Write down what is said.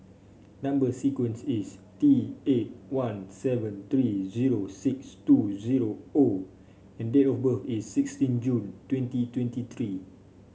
number sequence is T eight one seven three zero six two zero O and date of birth is sixteen June twenty twenty three